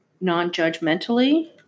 non-judgmentally